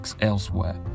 elsewhere